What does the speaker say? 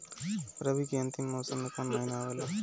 रवी के अंतिम मौसम में कौन महीना आवेला?